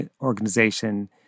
organization